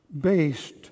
based